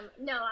No